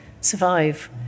survive